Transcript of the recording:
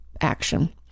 action